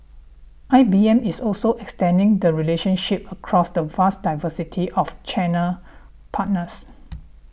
I B M is also extending the relationship across the vast diversity of channel partners